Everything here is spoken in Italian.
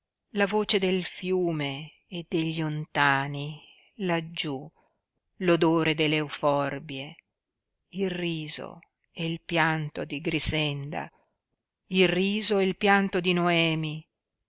la voce del fiume e degli ontani laggiú l'odore delle euforbie il riso e il pianto di grixenda il riso e il pianto di noemi